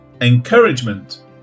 encouragement